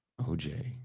OJ